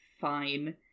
fine